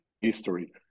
history